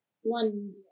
one